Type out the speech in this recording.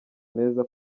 meza